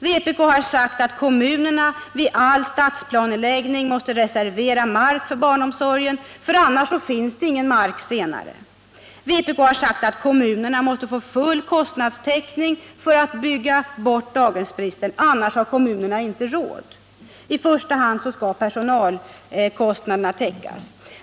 Vpk har sagt att kommunerna vid all stadsplaneläggning måste reservera mark för barnomsorgen, för annars finns det ingen mark senare. Vpk har sagt att kommunerna måste få full kostnadstäckning för att bygga bort daghemsbristen, annars har kommunerna inte råd. I första hand skall personalkostnaderna täckas.